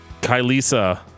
Kylisa